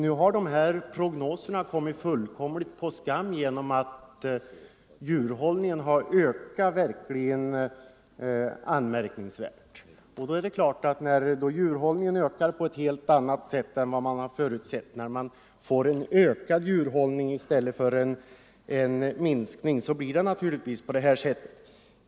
Nu har dessa prognoser kommit fullkomligt på skam genom att djurhållningen har ökat anmärkningsvärt. När djurhållningen utvecklas på ett helt annat sätt än vad man förutsett —- när man får en ökad djurhållning i stället för en minskad — så blir det sådana här konsekvenser.